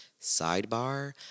Sidebar